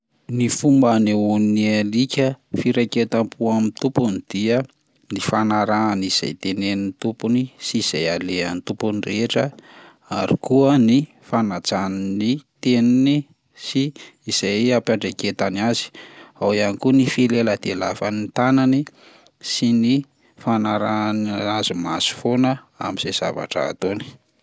Ny fomba hanehoan'ny alika firaiketam-po amin'ny tompony dia ny fanarahany izay tenenin'ny tompony sy izay alehan'ny tompony rehetra ary koa ny fanajan'ny teniny sy izay ampiandraiketany azy, ao ihany koa ny fileladelafan'ny tanany sy ny fanarahana azy maso foana amin'izay zavatra ataony.